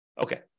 Okay